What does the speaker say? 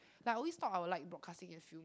like I always thought I will like broadcasting and film